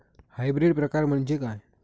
Hybrid प्रकार म्हणजे काय?